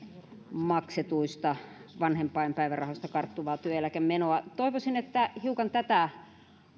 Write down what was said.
maksetuista vanhempainpäivärahoista karttuvaa työeläkemenoa toivoisin että hiukan tätä